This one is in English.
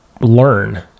learn